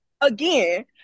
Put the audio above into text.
Again